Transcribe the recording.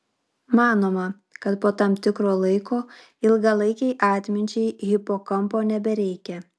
manoma kad po tam tikro laiko ilgalaikei atminčiai hipokampo nebereikia